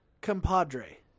compadre